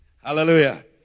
Hallelujah